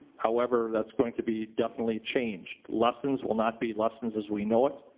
however, that's going to be definitely changed. lessons will not be lessons as we know it.